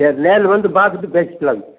சரி நேரில் வந்து பார்த்துட்டு பேசிக்கலாம்ங்க